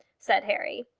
said harry.